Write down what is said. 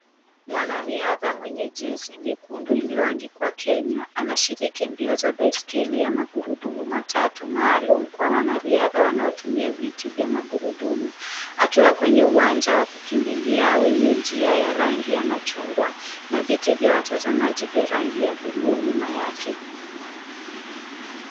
Mwanariadha mwenye jezi nyekundu iliyoandikwa, Kenya, anashiriki mbio za baiskeli ya magurudumu matatu maalumu kwa wanariadha wanaotumia viti vya magurudumu. Akiwa kwenye uwanja wa kukimbilia wenye njia ya rangi ya machungwa na viti vya watazamaji vya rangi ya buluu nyuma yake.